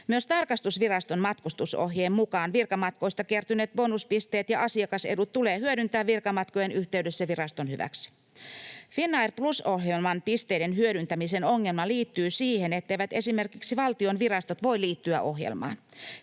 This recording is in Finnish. Myös tarkastusviraston matkustusohjeen mukaan virkamatkoista kertyneet bonuspisteet ja asiakasedut tulee hyödyntää virkamatkojen yhteydessä viraston hyväksi. Finnair Plus ‑ohjelman pisteiden hyödyntämisen ongelma liittyy siihen, etteivät esimerkiksi valtion virastot voi liittyä ohjelmaan.